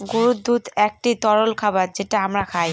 গরুর দুধ একটি তরল খাবার যেটা আমরা খায়